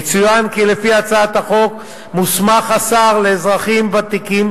יצוין כי לפי הצעת החוק מוסמך השר לאזרחים ותיקים